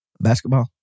Basketball